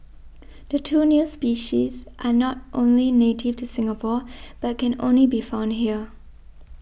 the two new species are not only native to Singapore but can only be found here